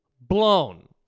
blown